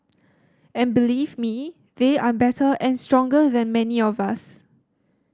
and believe me they are better and stronger than many of us